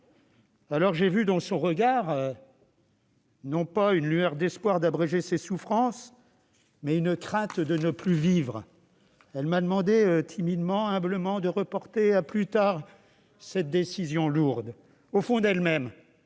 Alors, j'ai vu dans son regard non pas une lueur d'espoir que ses souffrances soient abrégées, mais une crainte de ne plus vivre. Elle m'a demandé timidement, humblement, de reporter à plus tard cette décision lourde. Au fond d'elle-même,